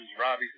Robbie